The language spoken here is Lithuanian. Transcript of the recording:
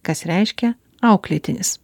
kas reiškia auklėtinis